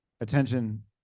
attention